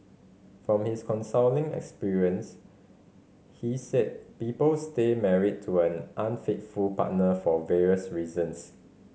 from his counselling experience he said people stay married to an unfaithful partner for various reasons